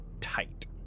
tight